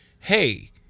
Hey